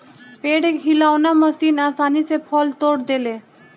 पेड़ हिलौना मशीन आसानी से फल तोड़ देले